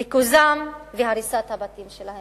ריכוזם והריסת הבתים שלהם?